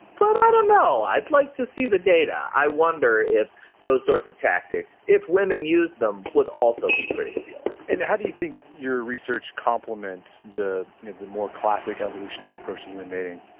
but i don't know. i'd like to see the data. i wonder if those sorts of tactics, if women used them, would also be pretty appealing and how do you think your research complements the the more classic evolutionary approach to human mating?